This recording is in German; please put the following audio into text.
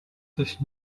sich